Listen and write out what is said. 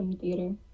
theater